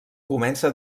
comença